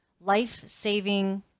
life-saving